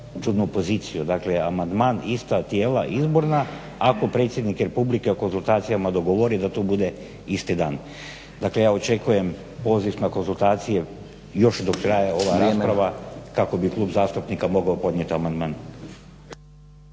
čudnu poziciju dakle amandman ista tijela izborna ako predsjednik Republike u konzultacija dogovori da to bude isti dan. Dakle ja očekujem poziv na konzultacije još dok traje ova rasprava kako bi klub zastupnika mogao podnijeti amandman.